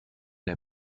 der